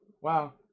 wow